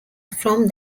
from